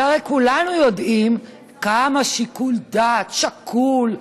והרי כולנו יודעים כמה שיקול דעת שקול,